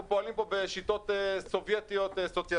פועלים פה בשיטות סובייטיות-סוציאליסטיות.